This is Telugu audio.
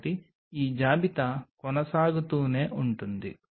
కాబట్టి ఈ జాబితా కొనసాగుతూనే ఉంటుంది